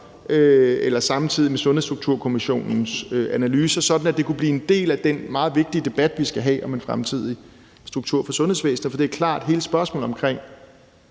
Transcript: eller samtidig med Sundhedsstrukturkommissionens analyse, sådan at det kunne blive en del af den meget vigtige debat, vi skal have om en fremtidig struktur for sundhedsvæsenet. For det er klart, at hele spørgsmålet omkring